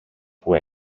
που